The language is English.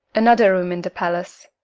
another room in the palace.